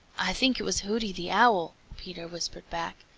i think it was hooty the owl, peter whispered back,